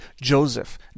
Joseph